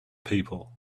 people